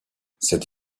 cette